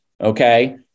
okay